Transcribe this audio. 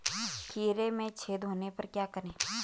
खीरे में छेद होने पर क्या करें?